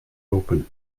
open